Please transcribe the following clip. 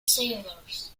sailors